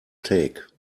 take